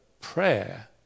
prayer